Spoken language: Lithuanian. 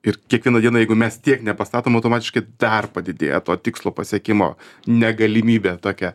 ir kiekvieną dieną jeigu mes tiek nepastatom automatiškai dar padidėja to tikslo pasiekimo negalimybė tokia